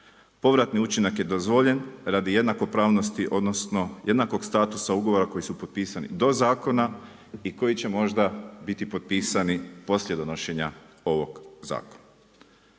Povratni učinak je dozvoljen radi jednakopravnosti, odnosno jednakog statusa ugovora koji su potpisani do zakona i koji će možda biti potpisani poslije donošenja ovog zakona.